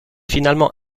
finalement